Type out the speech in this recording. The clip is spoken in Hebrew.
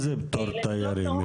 מה זה פטור תיירים?